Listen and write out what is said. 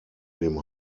dem